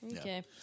Okay